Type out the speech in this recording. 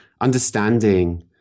understanding